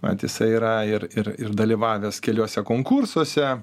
vat jisai yra ir ir ir dalyvavęs keliuose konkursuose